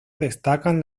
destacan